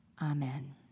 Amen